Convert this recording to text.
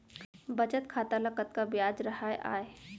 बचत खाता ल कतका ब्याज राहय आय?